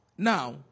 Now